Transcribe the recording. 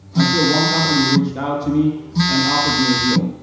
until one company reached out to me and offered me a deal.